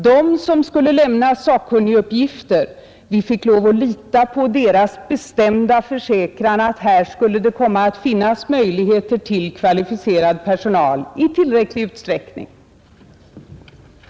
Vi måste lita på deras bestämda försäkran som skulle lämna sakkunniguppgifter att det skulle komma att finnas tillgång till kvalificerad personal i tillräcklig utsträckning.